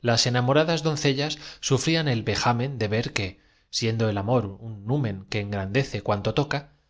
las enamoradas doncellas sufrían el vejamen de ver que siendo el amor un numen que engrandece cuanto toca